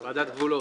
ועדת הגבולות.